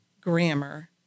grammar